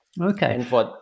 Okay